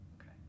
Okay